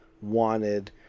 wanted